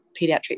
pediatric